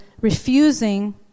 refusing